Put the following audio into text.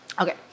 Okay